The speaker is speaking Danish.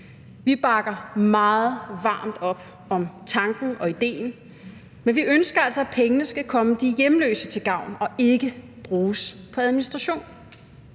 Vi bakker meget varmt op om tanken og idéen, men vi ønsker altså, at pengene skal komme de hjemløse til gavn og ikke bruges på administration.